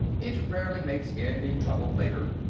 it rarely makes any trouble later.